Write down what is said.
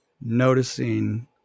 noticing